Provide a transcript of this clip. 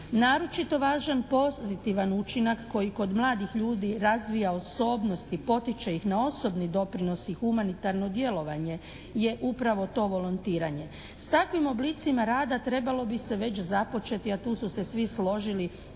Naročito važan pozitivan učinak koji kod mladih ljudi razvija osobnost i potiče ih na osobni doprinos i humanitarno djelovanje je upravo to volontiranje. S takvim oblicima rada trebalo bi se već započeto, a tu su se svi složili